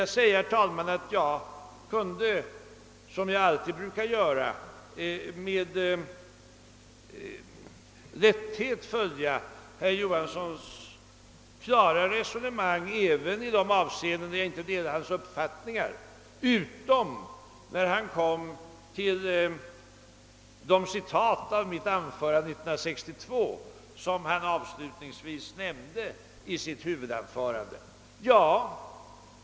Jag kunde, herr talman, som alltid, med lätthet följa herr Johanssons klara resonemang även i de avseenden där jag inte delar hans uppfattning, utom när han i slutet av sitt huvudanförande kom till citaten ur mitt anförande år 1962.